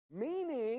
Meaning